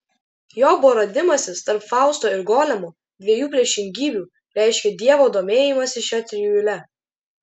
jobo radimasis tarp fausto ir golemo dviejų priešingybių reiškia dievo domėjimąsi šia trijule